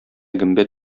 гөмбә